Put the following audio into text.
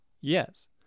Yes